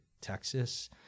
Texas